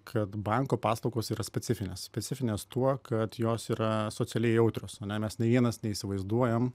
kad banko paslaugos yra specifinės specifinės tuo kad jos yra socialiai jautrios o ne mes nė vienas neįsivaizduojam